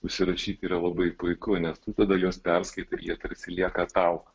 užsirašyti yra labai puiku nes tada juos perskaitai jie tarsi lieka tau